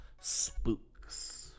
spooks